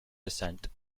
descent